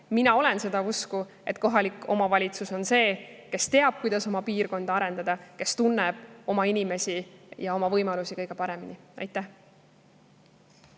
Mina olen seda usku, et kohalik omavalitsus on see, kes teab, kuidas oma piirkonda arendada, kes tunneb oma inimesi ja oma võimalusi kõige paremini. Aitäh!